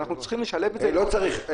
אנחנו צריכים לשלב את זה --- לא צריך.